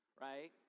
right